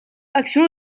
action